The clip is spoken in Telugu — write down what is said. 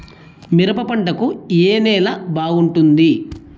మిరప పంట కు ఏ నేల బాగుంటుంది?